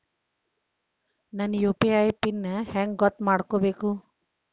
ನನ್ನ UPI pin ಹೆಂಗ್ ಗೊತ್ತ ಮಾಡ್ಕೋಬೇಕು?